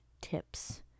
tips